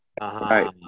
Right